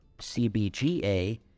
CBGA